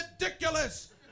ridiculous